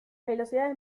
velocidades